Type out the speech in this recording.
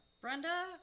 brenda